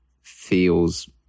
feels